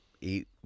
eat